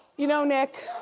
you know, nick,